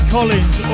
Collins